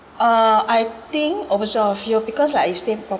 uh I think oversaw a few because like you stay